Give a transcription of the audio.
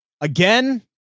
Again